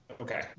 Okay